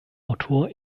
autor